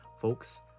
folks